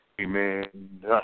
Amen